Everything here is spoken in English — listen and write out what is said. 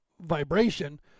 vibration